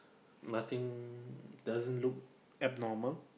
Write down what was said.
nothing doesn't look abnormal